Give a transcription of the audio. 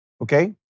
Okay